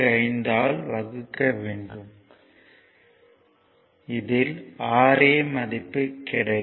45 ஆல் வகுக்க வேண்டும் இதில் Ra மதிப்பு கிடைக்கும்